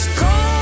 cold